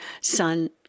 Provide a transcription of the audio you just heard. son